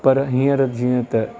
पर हींअर जीअं त